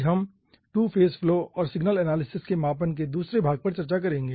आज हम two phase flow और सिग्नल एनालिसिस के मापन के दूसरे भाग पर चर्चा करेंगे